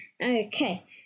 Okay